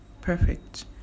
perfect